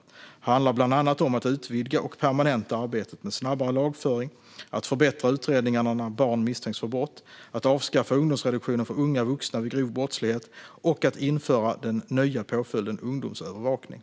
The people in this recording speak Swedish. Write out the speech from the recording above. Det handlar bland annat om att utvidga och permanenta arbetet med snabbare lagföring, att förbättra utredningarna när barn misstänks för brott, att avskaffa ungdomsreduktionen för unga vuxna vid grov brottslighet och att införa den nya påföljden ungdomsövervakning.